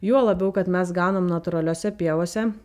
juo labiau kad mes ganom natūraliose pievose